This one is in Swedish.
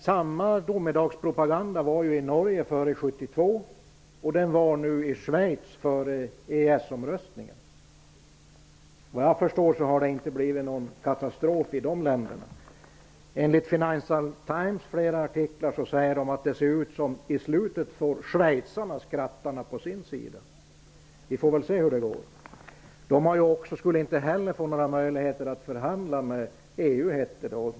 Samma domedagspropaganda fördes i Norge före 1972 och i Schweiz före EES-omröstningen. Enligt vad jag förstår har det inte blivit någon katastrof i de länderna. Enligt flera artiklar i Financial Times ser det ut som om schweizarna kommer att få skrattarna på sin sida till slut. Vi får väl se hur det går. De skulle inte heller få några möjligheter att förhandla med EU, hette det.